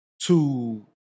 to-